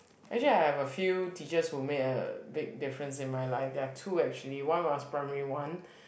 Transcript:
actually I have a few teachers who made a big difference in my life there are two actually one was primary one